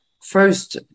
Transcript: first